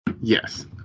Yes